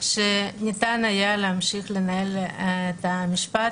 שניתן היה להמשיך לנהל את המשפט,